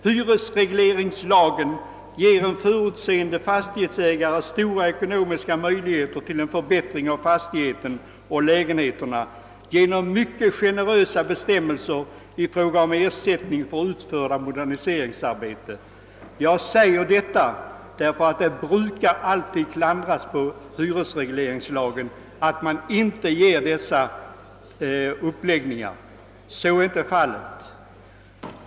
Hyresregleringslagen ger en förutseende fastighetsägare stora ekonomiska möjligheter till förbättringar av fastigheten och lägenheterna genom mycket generösa bestämmelser i fråga om ersättning för utförda moderniseringsarbeten. Jag säger detta därför att det brukar klankas på hyresregleringslagen för att den inte ger sådana möjligheter. Så är inte fallet.